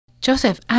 Joseph